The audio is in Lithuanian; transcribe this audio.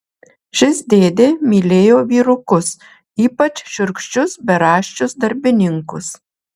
šis dėdė mylėjo vyrukus ypač šiurkščius beraščius darbininkus